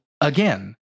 again